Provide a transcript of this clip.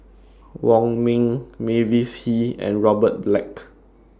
Wong Ming Mavis Hee and Robert Black